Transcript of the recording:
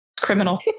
Criminal